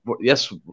yes